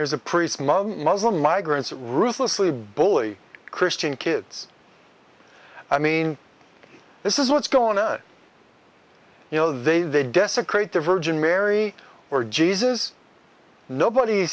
there's a pretty smug muslim migrants ruthlessly bully christian kids i mean this is what's going on you know they they desecrate the virgin mary or jesus nobody